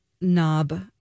Knob